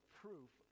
proof